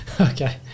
Okay